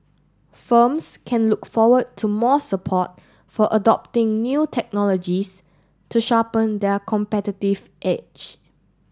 firms can look forward to more support for adopting new technologies to sharpen their competitive edge